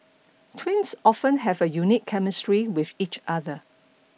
twins often have a unique chemistry with each other